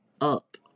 up